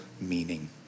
meaning